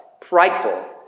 prideful